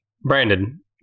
Brandon